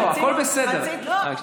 אבל אתה יודע מה הבעיה?